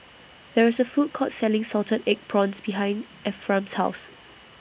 There IS A Food Court Selling Salted Egg Prawns behind Ephram's House